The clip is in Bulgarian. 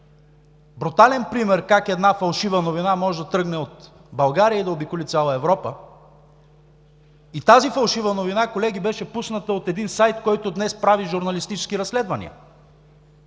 брутален пример как една фалшива новина може да тръгне от България и да обиколи цяла Европа. Тази фалшива новина, колеги, беше пусната от сайт, който днес прави журналистически разследвания,